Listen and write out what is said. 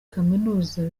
kaminuza